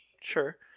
Sure